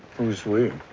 who's we?